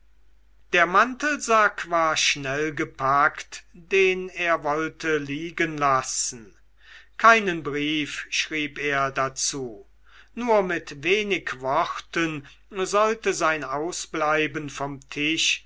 der mantelsack war schnell gepackt den er wollte liegenlassen keinen brief schrieb er dazu nur mit wenig worten sollte sein ausbleiben vom tisch